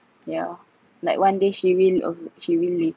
yeah like one day she will o~ she will leave